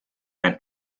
and